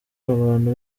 abantu